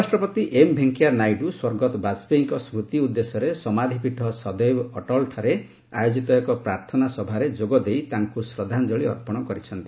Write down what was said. ଉପରାଷ୍ଟ୍ରପତି ଏମ୍ ଭେଙ୍କେୟା ନାଇଡୁ ସ୍ୱର୍ଗତ ବାଜପେୟୀଙ୍କ ସ୍କୃତି ଉଦ୍ଦେଶ୍ୟରେ ସମାଧ୍ୟପୀଠ ସଦୈବ୍ ଅଟଲ୍ ଠାରେ ଆୟୋଜିତ ଏକ ପ୍ରାର୍ଥନା ସଭାରେ ଯୋଗ ଦେଇ ତାଙ୍କୁ ଶ୍ରଦ୍ଧାଞ୍ଚଳି ଅର୍ପଣ କରିଛନ୍ତି